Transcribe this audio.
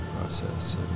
process